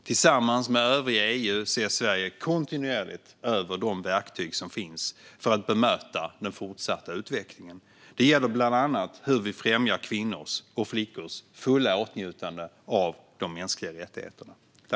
Tillsammans med övriga EU ser Sverige kontinuerligt över de verktyg som finns för att bemöta den fortsatta utvecklingen. Det gäller bland annat hur vi främjar kvinnors och flickors fulla åtnjutande av de mänskliga rättigheterna.